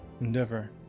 endeavor